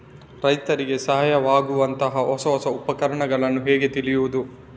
ರೈತರಿಗೆ ಸಹಾಯವಾಗುವಂತಹ ಹೊಸ ಹೊಸ ಉಪಕರಣಗಳನ್ನು ಹೇಗೆ ತಿಳಿಯುವುದು?